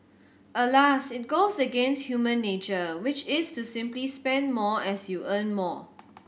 alas it goes against human nature which is to simply spend more as you earn more